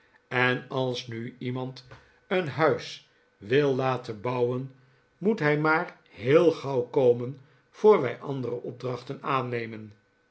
en als nu iemand een huis wil laten bouwen moet hij niaar heel gauw komen voor wij andere opdrachten aannemen